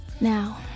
Now